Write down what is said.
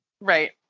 Right